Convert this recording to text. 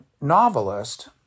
novelist